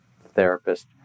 therapist